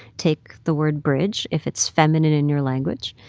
take the word bridge. if it's feminine in your language,